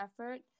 effort